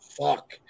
fuck